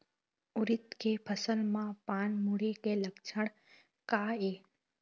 उरीद के फसल म पान मुड़े के लक्षण का ये?